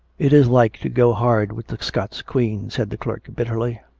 it is like to go hard with the scots queen! said the clerk bitterly.